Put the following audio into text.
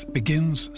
begins